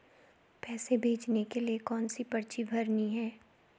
पैसे भेजने के लिए कौनसी पर्ची भरनी है?